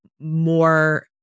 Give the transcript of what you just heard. more